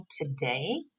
today